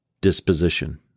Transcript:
disposition